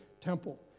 temple